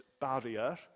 barrier